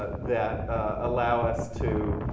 ah that allow us to